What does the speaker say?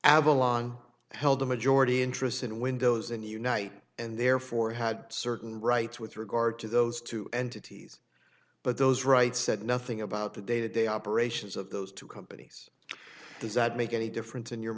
avalon held a majority interest in windows and unite and therefore had certain rights with regard to those two entities but those rights said nothing about the day to day operations of those two companies does that make any difference in your